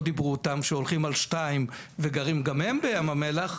דיברו איתם שהולכים על שתיים וגרים גם הם בים המלח,